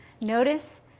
Notice